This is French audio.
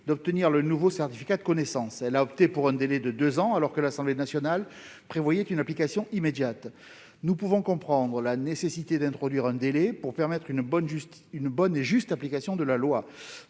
d'obtenir le nouveau certificat de connaissance. Elle a opté pour une durée de deux ans, alors que l'Assemblée nationale prévoyait une application immédiate. Nous pouvons comprendre la nécessité d'introduire un délai, pour permettre une bonne et juste application de la loi.